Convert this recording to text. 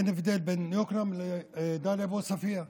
אין הבדל בין יקנעם לדאליה ועוספיא.